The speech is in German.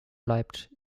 bleibt